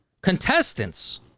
contestants